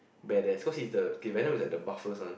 badass cause he's the K Venom is like the buffest one